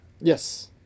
yes